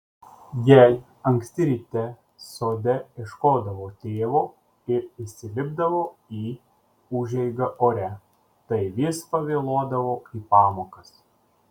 jei anksti ryte sode ieškodavau tėvo ir įsilipdavau į užeigą ore tai vis pavėluodavau į pamokas